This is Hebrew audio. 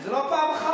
אבל זה לא פעם אחת,